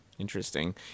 Interesting